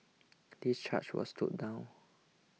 this charge was stood down